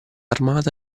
armata